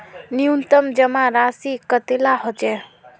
न्यूनतम जमा राशि कतेला होचे?